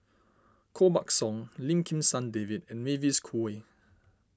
Koh Buck Song Lim Kim San David and Mavis Khoo Oei